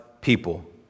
people